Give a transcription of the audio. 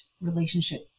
relationship